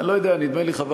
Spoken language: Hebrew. אני חילוני לגמרי.